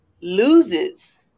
loses